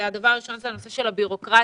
הדבר הראשון זה הנושא של הבירוקרטיה.